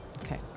okay